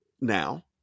now